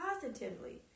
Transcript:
positively